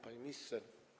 Panie Ministrze!